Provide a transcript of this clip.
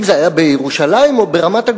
אם זה היה בירושלים או ברמת-הגולן,